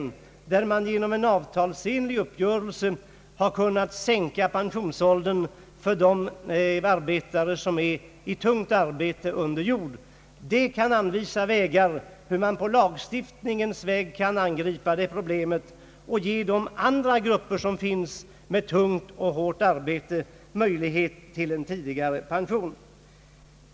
Man har nämligen genom en avtalsuppgörelse kunnat enas om att sänka pensionsåldern för de arbetare som har tungt arbete under jord. Detta kan tjäna som mönster för hur man på lagstiftningens väg skall angri pa det problemet och ge andra grupper med tungt och hårt arbete möjlighet till en tidigare pension.